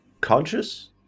conscious